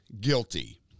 Guilty